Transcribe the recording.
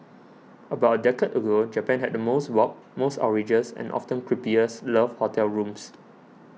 about a decade ago Japan had the most warped most outrageous and often creepiest love hotel rooms